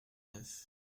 neuf